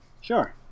Sure